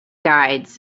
guides